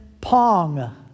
Pong